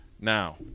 Now